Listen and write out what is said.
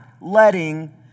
letting